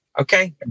Okay